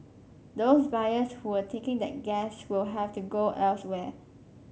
those buyers who were taking that gas will have to go elsewhere